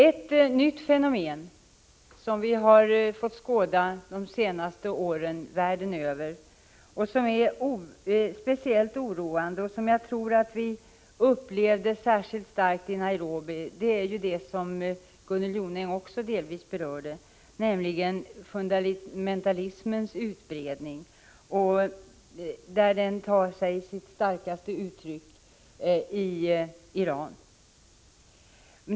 Ett nytt fenomen som vi har fått skåda de senaste åren världen över, som är speciellt oroande och som jag tror vi upplevde särskilt starkt i Nairobi, berördes också av Gunnel Jonäng, nämligen fundamentalismens utbredning. Den tar sig sitt starkaste uttryck i Iran.